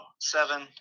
seven